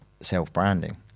self-branding